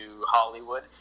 Hollywood